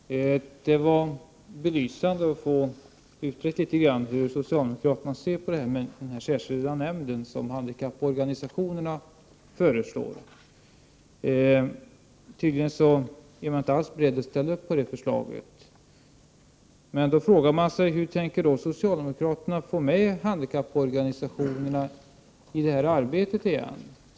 Herr talman! Det var belysande att få utrett litet grand hur socialdemokraterna ser på detta med en särskild nämnd som handikapporganisationerna föreslår. Man är tydligen inte alls beredd att ställa upp på det förslaget. Men hur tänker då socialdemokraterna få med handikapporganisationernai det här arbetet igen?